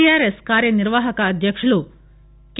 TRS కార్యనిర్వాహక అధ్యక్షుడు K